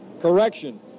Correction